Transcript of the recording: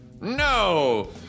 no